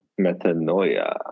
Metanoia